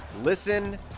Listen